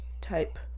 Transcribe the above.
type